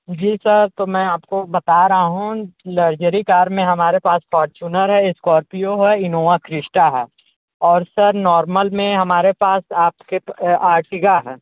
जी sir तो मैं आपको बता रहा हूँ लग्जरी कार में हमारे पास फॉर्च्यूनर है स्कोर्पियो है इन्नोवा क्रिस्टा है और सर नॉर्मल में हमारे पास आपके आर्टिगा है